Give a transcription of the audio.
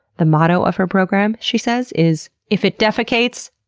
the motto of her program, she says, is if it defecates,